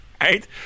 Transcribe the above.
Right